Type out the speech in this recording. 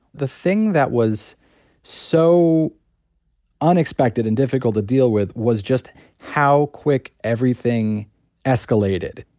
the thing that was so unexpected and difficult to deal with was just how quick everything escalated.